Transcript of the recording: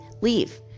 leave